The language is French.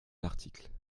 article